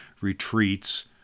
retreats